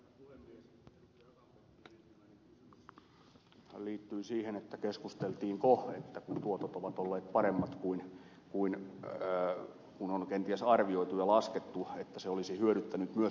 akaan penttilän ensimmäinen kysymys liittyy siihen keskusteltiinko siitä että kun tuotot ovat olleet paremmat kuin on kenties arvioitu ja laskettu se olisi hyödyttänyt myös eläkeläisiä